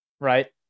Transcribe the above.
right